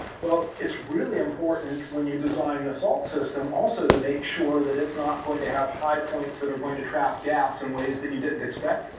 well, it's really important when you design the salt system also to make sure that it's not going to have high points that are going to trap gas in ways that you didn't expect.